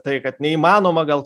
tai kad neįmanoma gal